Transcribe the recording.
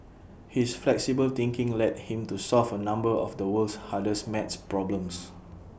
his flexible thinking led him to solve A number of the world's hardest math problems